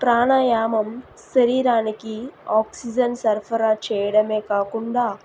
ప్రాణాయామం శరీరానికి ఆక్సిజన్ చెయ్యడమే కాకుండా